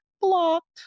blocked